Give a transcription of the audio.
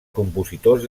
compositors